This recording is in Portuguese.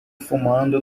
fumando